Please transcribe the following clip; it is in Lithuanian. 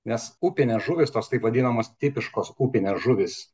nes upinės žuvys tos taip vadinamos tipiškos upinės žuvys